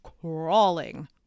crawling